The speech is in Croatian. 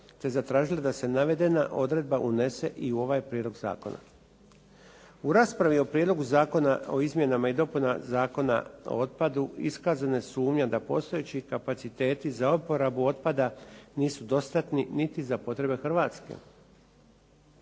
Te zatražila da se navedena odredba unese i u ovaj prijedlog zakona. U raspravi o Prijedlogu zakona o Izmjenama i dopunama Zakona o otpadu iskazana je sumnja da postojeći kapaciteti za …/Govornik se ne razumije./… otpada nisu dostatni niti za potrebe Hrvatske.